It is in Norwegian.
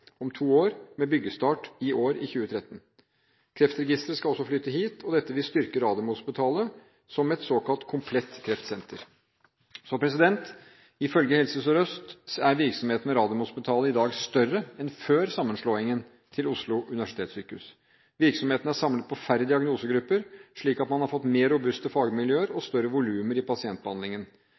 om to år, med byggestart i år – i 2013. Kreftregisteret skal også flytte hit. Dette vil styrke Radiumhospitalet som et såkalt komplett kreftsenter. Ifølge Helse Sør-Øst er virksomheten ved Radiumhospitalet i dag større enn før sammenslåingen til Oslo universitetssykehus. Virksomheten er samlet på færre diagnosegrupper, slik at man har fått mer robuste fagmiljøer og større volumer i pasientbehandlingen.